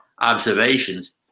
observations